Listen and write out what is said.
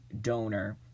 donor